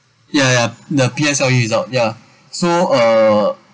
ya ya the P_S_L_E result ya so uh